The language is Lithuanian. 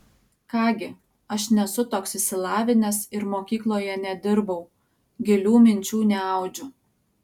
ką gi aš nesu toks išsilavinęs ir mokykloje nedirbau gilių minčių neaudžiu